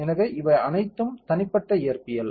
எனவே இவை அனைத்தும் தனிப்பட்ட இயற்பியல்